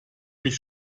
mich